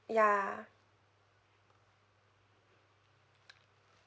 ya